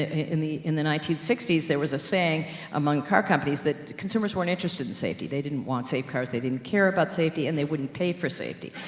in the in the nineteen sixty s, there was a saying among car companies, that consumers weren't interested in safety. they didn't want safe cars. they didn't care about safety, and they wouldn't pay for safety.